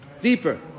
Deeper